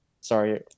sorry